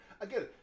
Again